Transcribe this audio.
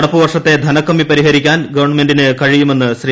നടപ്പു വർഷത്തെ ധനകമ്മി പരിഹരിക്കാൻ ഗവൺമെന്റിന് കഴിയുമെന്ന് ശ്രീ